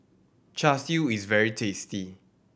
Char Siu is very tasty